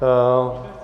Ano?